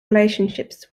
relationships